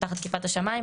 תחת כיפת השמיים,